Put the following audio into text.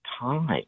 time